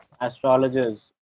astrologers